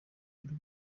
wari